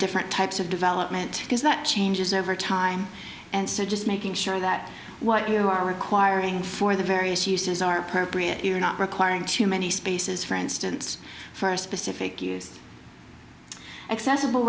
different types of development because that changes over time and so just making sure that what you are requiring for the various uses are appropriate you're not requiring too many spaces for instance for a specific use accessible